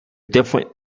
different